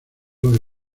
los